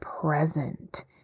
present